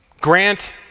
Grant